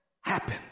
happen